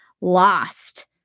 lost